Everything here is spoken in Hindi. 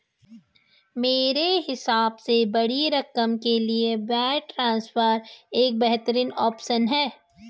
मेरे हिसाब से बड़ी रकम के लिए वायर ट्रांसफर एक बेहतर ऑप्शन है